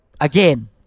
Again